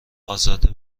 ازاده